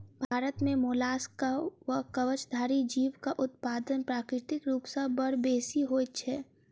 भारत मे मोलास्कक वा कवचधारी जीवक उत्पादन प्राकृतिक रूप सॅ बड़ बेसि होइत छै